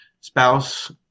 spouse